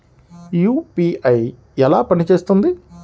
UPI ఎలా పనిచేస్తుంది?